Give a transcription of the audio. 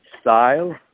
style